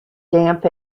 damp